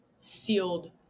sealed